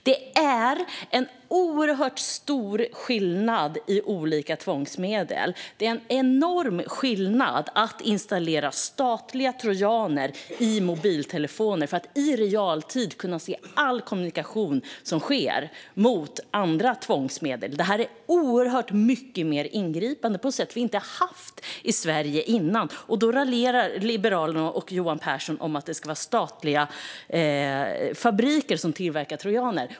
Det är en oerhört stor skillnad mellan olika tvångsmedel. Det är en enorm skillnad att installera statliga trojaner i mobiltelefoner för att i realtid kunna se all kommunikation som sker, jämfört med andra tvångsmedel. Det här är mycket mer ingripande. Så har vi inte haft det i Sverige tidigare. Då raljerar Liberalerna och Johan Pehrson om att det ska vara statliga fabriker som tillverkar trojaner.